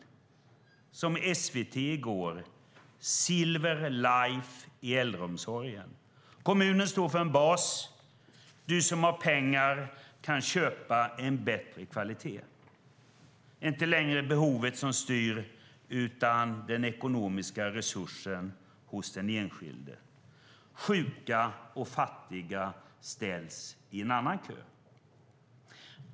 I går i SVT kunde vi höra om konceptet Silver Life i äldreomsorgen. Kommunen står för en bas, och du som har pengar kan köpa en bättre kvalitet. Det är inte längre behovet som styr utan den ekonomiska resursen hos den enskilde. Sjuka och fattiga ställs i en annan kö.